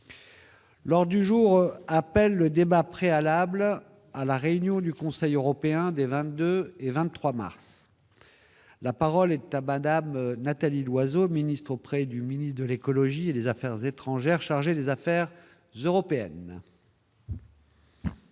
Lors du jour appelle le débat préalable à la réunion du Conseil européen des 22 et 23 mars. La parole est de tabac DAB Nathalie Loiseau, ministre auprès du ministre de l'écologie et des Affaires étrangères, chargé des affaires européennes.